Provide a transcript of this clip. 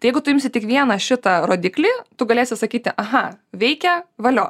tai jeigu tu imsi tik vieną šitą rodiklį tu galėsi sakyti aha veikia valio